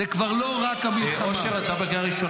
זה כבר לא רק המלחמה --- מה אתה --- תפסיק,